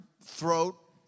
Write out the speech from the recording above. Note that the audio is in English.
throat